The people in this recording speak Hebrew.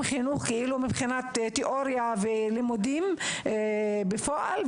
גם חינוך מבחינת תיאוריה ולימודים בפועל,